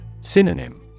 Synonym